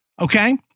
Okay